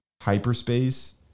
hyperspace